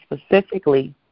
specifically